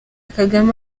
kagame